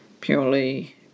purely